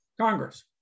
Congress